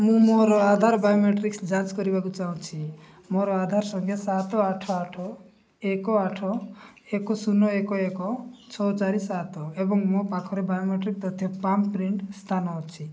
ମୁଁ ମୋର Aadhaar biometrics ଯାଞ୍ଚ କରିବାକୁ ଚାହୁଁଛି ମୋର ଆଧାର ସଂଖ୍ୟା ସାତ ଆଠ ଆଠ ଏକ ଆଠ ଏକ ଶୂନ ଏକ ଏକ ଛଅ ଚାରି ସାତ ଏବଂ ମୋ ପାଖରେ ବାୟୋ ମେଟ୍ରିକ୍ ତଥ୍ୟ ପାମ୍ ପ୍ରିଣ୍ଟ ସ୍ଥାନ ଅଛି